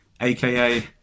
aka